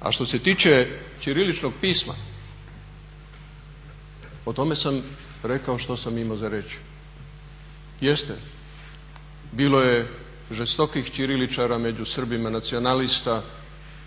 A što se tiče ćiriličnog pisma, o tome sam rekao što sam imao za reći. Jeste bilo je žestokih ćiriličara među Srbima nacionalista